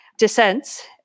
dissents